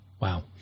wow